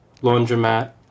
Laundromat